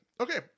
Okay